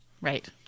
right